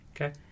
Okay